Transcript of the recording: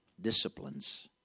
disciplines